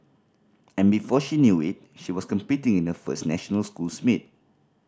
and before she knew it she was competing in her first national schools meet